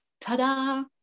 ta-da